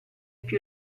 più